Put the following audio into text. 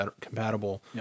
compatible